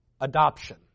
adoption